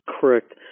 Correct